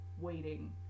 waiting